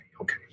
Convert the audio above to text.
okay